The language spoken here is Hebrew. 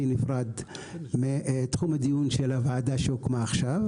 נפרד מתחום הדיון של הוועדה שהוקמה עכשיו,